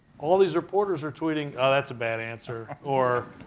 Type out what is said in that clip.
all these reporters are tweeting, oh, that's a bad answer. or,